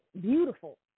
beautiful